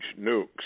nukes